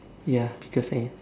ya because I